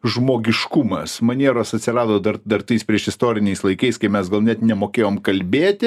žmogiškumas manieros atsirado dar dar tais priešistoriniais laikais kai mes gal net nemokėjom kalbėti